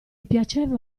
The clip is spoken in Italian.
piaceva